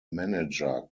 manager